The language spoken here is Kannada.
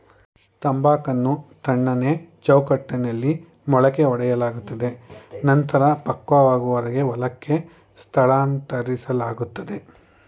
ತಂಬಾಕನ್ನು ತಣ್ಣನೆ ಚೌಕಟ್ಟಲ್ಲಿ ಮೊಳಕೆಯೊಡೆಯಲಾಗ್ತದೆ ನಂತ್ರ ಪಕ್ವವಾಗುವರೆಗೆ ಹೊಲಕ್ಕೆ ಸ್ಥಳಾಂತರಿಸ್ಲಾಗ್ತದೆ